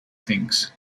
things